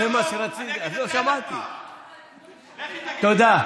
תומכי טרור.